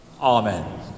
Amen